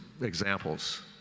examples